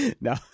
No